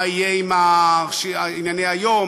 מה יהיה עם ענייני היום,